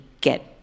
get